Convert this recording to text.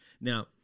Now